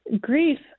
grief